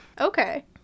Okay